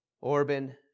Orban